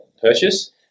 purchase